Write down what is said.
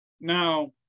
Now